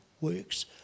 works